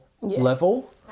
level